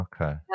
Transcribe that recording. Okay